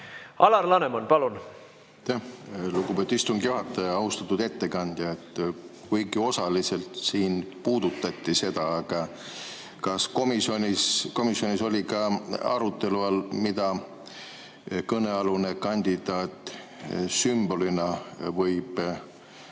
Alar Laneman, palun! Aitäh, lugupeetud istungi juhataja! Austatud ettekandja! Kuigi osaliselt siin puudutati seda, aga kas komisjonis oli ka arutelu all, mida kõnealune kandidaat sümbolina võib